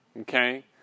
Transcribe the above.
okay